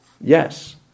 Yes